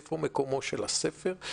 איפה מקומו של הספר?